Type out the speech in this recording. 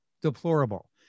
deplorable